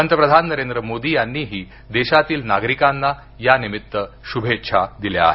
पंतप्रधान नरेंद्र मोदी यांनीही देशातील नागरिकांना यानिमित्त शुभेच्छा दिल्या आहेत